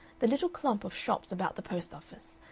the little clump of shops about the post-office,